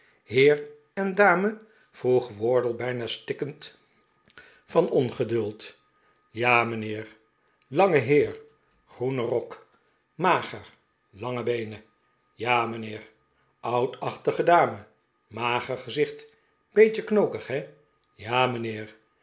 heer en dame vroeg wardle bijna stikkend van ongeduld ja mijnheer lange heer groene rok mager lange beenen ja mijnheer oudachtige dame mager gezicht beetje knokig he ja mijnheer